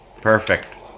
perfect